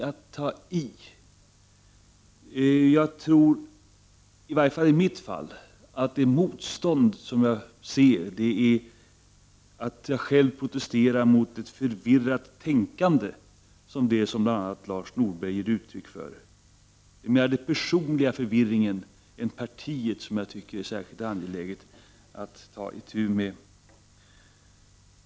Det motstånd som i varje fall jag ser är att jag själv protesterar mot ett förvirrat tänkande, som bl.a. Lars Norberg ger uttryck för. Det är mera den personliga förvirringen än partiets som jag tycker det är angeläget att ta itu med.